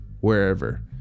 wherever